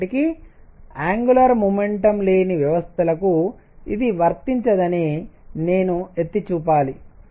అయినప్పటికీ angular momentum లేని వ్యవస్థలకు ఇది వర్తించదని నేను ఎత్తి చూపాలి